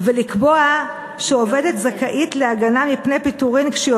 ולקבוע שעובדת זכאית להגנה מפני פיטורין כשהיא